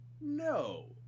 No